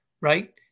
right